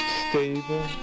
stable